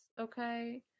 okay